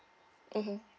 mmhmm